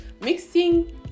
mixing